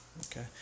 Okay